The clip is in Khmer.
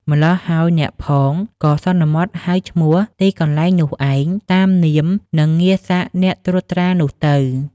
ម្ល៉ោះហើយអ្នកផង ក៏សន្មតហៅឈ្មោះទីកន្លែងនោះឯង តាមនាម និងងារសក្ដិ អ្នកត្រួតត្រានោះទៅ។